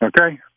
Okay